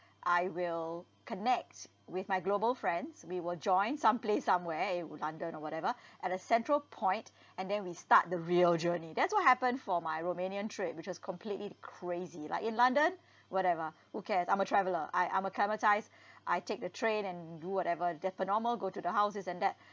I will connect with my global friends we will join someplace somewhere even london or whatever at a central point and then we start the real journey that's what happened for my romanian trip which is completely crazy like in london whatever who cares I'm a traveller I I'm acclimatised I take the train and do whatever then per normal go to the house this and that